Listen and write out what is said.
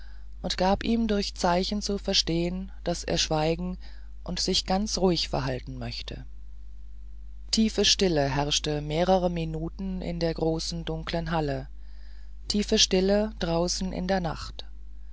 und gab ihm durch zeichen zu verstehen daß er schweigen und sich ganz ruhig verhalten möchte tiefe stille herrschte mehrere minuten in den großen dunklen hallen tiefe stille draußen in der nacht